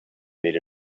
made